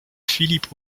philippe